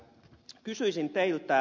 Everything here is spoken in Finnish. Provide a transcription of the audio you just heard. kysyisin teiltä